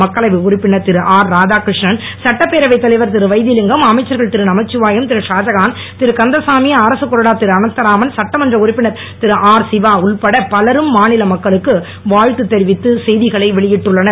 மக்களவை உறுப்பினர் திரு ஆர் ராதாகிருஷ்ணன் சட்டப்பேரவைத் தலைவர் திரு வைத்திவிங்கம் அமைச்சர்கள் திரு நமச்சிவாயும் திரு ஷாஜகான் திரு கந்தசாமி அரசுக் கொறடா திரு அனந்தராமன் சட்டமன்ற உறுப்பினர் திரு ஆர் சிவா உட்பட பலரும் மாநில மக்களுக்கு வாழ்த்து தெரிவித்து செய்திகளை வெளியிட்டு உள்ளனர்